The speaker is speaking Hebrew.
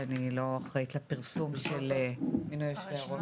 כי אני לא אחראית על פרסום של מינוי יושבי הראש.